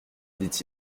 dit